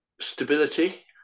Stability